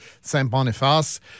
Saint-Boniface